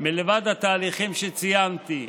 מלבד התהליכים שציינתי,